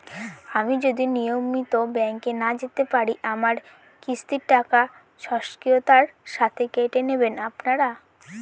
আমি যদি নিয়মিত ব্যংকে না যেতে পারি আমার কিস্তির টাকা স্বকীয়তার সাথে কেটে নেবেন আপনারা?